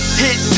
hit